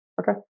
Okay